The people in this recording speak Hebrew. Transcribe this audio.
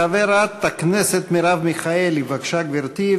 חברת הכנסת מרב מיכאלי, בבקשה, גברתי.